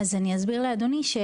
אז אני אסביר לאדוני.